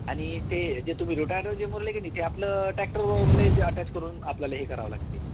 आणि ते जे तुम्ही रोटावेटर जे बोलले किनई ते आपलं टॅक्टरवरले जे अटॅच करून आपल्याला हे करावं लागते